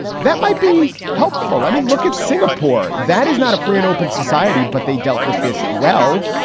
that might be helpful. i mean, look at singapore. that is not a free and open society. but they dealt with this well,